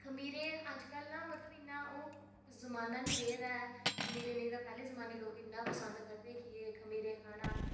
खमीरे अजकल ना इन्ना ओह् जमाना निं रेह्दा ऐ नेईं तां पैह्ले जमानै ओह् इन्ना पसंद करदे हे खमीरे खाना